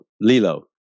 Lilo